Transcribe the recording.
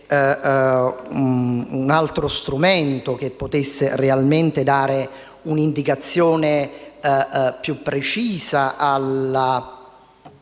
un altro strumento che potesse realmente dare un'indicazione più precisa